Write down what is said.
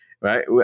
Right